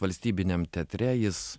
valstybiniam teatre jis